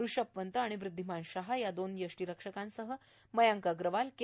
ऋषभ पंत आणि वृध्दीमान शहा या दोन यष्टीरक्षकांसह मयांक अगरवाल के